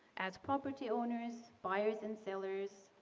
as property owners, buyers and sellers,